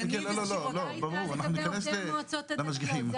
לגבי המועצות הדתיות,